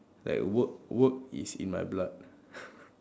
like work work is in my blood